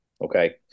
Okay